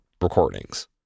recordings